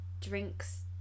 drinks